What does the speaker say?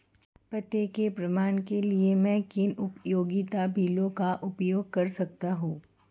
पते के प्रमाण के लिए मैं किन उपयोगिता बिलों का उपयोग कर सकता हूँ?